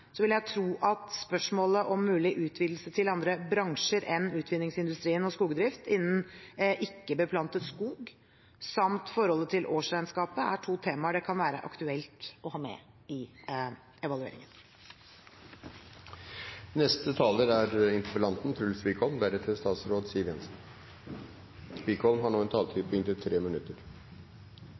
vil jeg tro at spørsmålet om mulig utvidelse til andre bransjer enn utvinningsindustrien og skogsdrift innen ikke-beplantet skog samt forholdet til årsregnskapet er to temaer det kan være aktuelt å ha med i evalueringen.